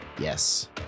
Yes